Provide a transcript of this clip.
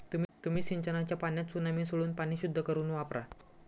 तुम्ही सिंचनाच्या पाण्यात चुना मिसळून पाणी शुद्ध करुन वापरा